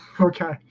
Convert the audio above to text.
Okay